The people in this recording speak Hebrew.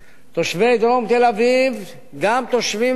גם תושבים בערי פיתוח בדרום הארץ,